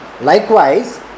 Likewise